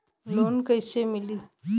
Loan कइसे मिलि?